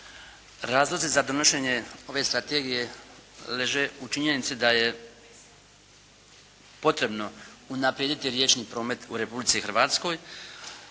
Razlozi za donošenje ove strategije leže u činjenici da je potrebno unaprijediti riječni promet u Republici Hrvatskoj